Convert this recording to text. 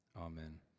Amen